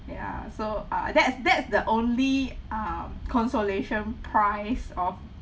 ya so uh that's that's the only um consolation prize of